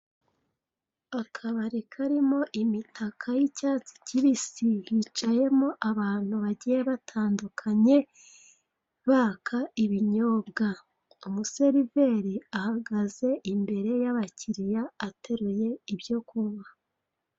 Akabari karimo imitaka y'icyatsi kibisi hicayemo abantu bagiye batandukanye, baka ibinyobwa, umuseriveri ahagaze imbere y'kiriya ateruye ibyo kunywa.